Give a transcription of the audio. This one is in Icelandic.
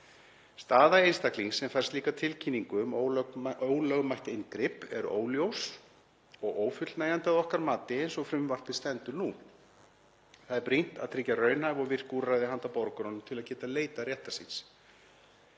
Staða einstaklings sem fær slíka tilkynningu um ólögmætt inngrip er óljós og ófullnægjandi að okkar mati eins og frumvarpið stendur nú. Það er brýnt að tryggja raunhæf og virk úrræði handa borgurunum til að geta leitað réttar síns.